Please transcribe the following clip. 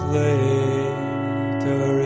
later